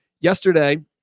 yesterday